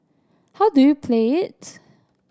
how do you play it